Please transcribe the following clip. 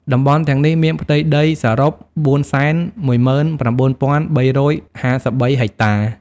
តំបន់ទាំងនេះមានផ្ទៃដីសរុប ៤១៩,៣៥៣ ហិកតា។